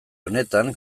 honetan